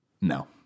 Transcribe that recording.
No